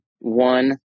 one